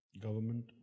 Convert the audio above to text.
government